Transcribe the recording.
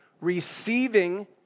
receiving